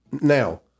Now